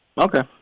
Okay